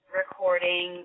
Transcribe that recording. recording